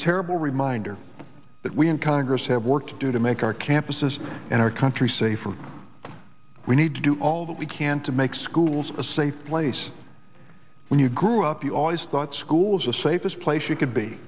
terrible reminder that we in congress have work to do to make our campuses and our country safer we need to do all that we can to make schools a safe place when you grew up you always thought schools the safest place you c